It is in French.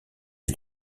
est